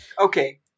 okay